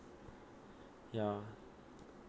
ya